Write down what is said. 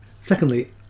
Secondly